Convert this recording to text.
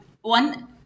One